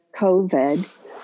COVID